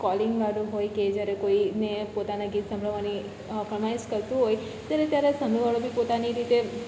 calling વાળું હોય કે જ્યારે કોઈને પોતાના ગીત સાંભળવાની ફરમાઇશ કરતું હોય તેરે ત્યારે સામેવાળો બી પોતાની રીતે